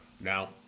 Now